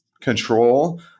control